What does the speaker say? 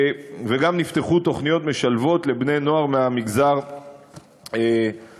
וגם נפתחו תוכניות משלבות לבני-נוער מהמגזר הערבי.